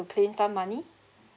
to claim some money